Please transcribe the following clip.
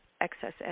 excess